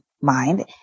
mind